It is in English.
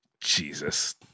Jesus